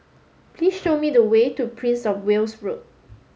please show me the way to Prince Of Wales Road